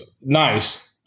nice